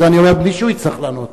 ואת זה אני אומר בלי שהוא יצטרך לענות.